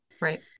Right